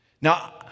Now